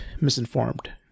misinformed